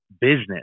business